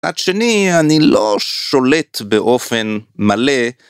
עד שני, אני לא שולט באופן מלא.